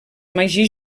magí